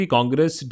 Congress